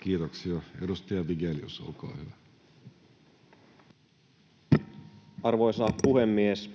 Kiitoksia. — Edustaja Vigelius, olkaa hyvä. Arvoisa puhemies!